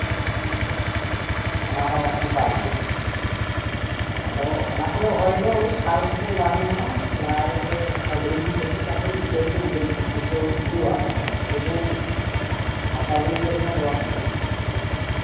ᱦᱩᱸ ᱚᱱᱟ ᱦᱚᱸ ᱚᱱᱠᱟ ᱜᱮ ᱦᱩᱸ ᱟᱫᱚ ᱚᱱᱟ ᱠᱚᱫᱚ ᱨᱚᱦᱚᱭ ᱫᱚ ᱟᱫᱚ ᱠᱷᱟᱞ ᱠᱚᱛᱮᱫ ᱞᱟ ᱦᱩᱭᱩᱜᱼᱟ ᱞᱟ ᱨᱮᱜᱮ ᱠᱷᱟᱸᱫᱨᱤᱝ ᱠᱟᱛᱮᱫ ᱛᱟᱨᱯᱚᱨ ᱤᱛᱟᱹ ᱠᱚ ᱤᱭᱟᱹ ᱠᱚ ᱜᱤᱰᱤᱣᱟᱜ ᱦᱩᱭᱩᱜᱼᱟ ᱥᱩᱫᱩ ᱦᱟᱥᱟ ᱜᱮ ᱤᱭᱟᱹ ᱞᱮᱠᱷᱟᱱ ᱫᱚ ᱵᱟᱝ ᱦᱩᱭᱩᱜᱼᱟ